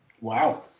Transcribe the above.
Wow